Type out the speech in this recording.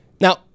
Now